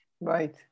Right